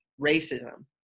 racism